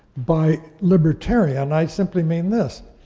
by libertarian, i simply mean this.